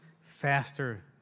faster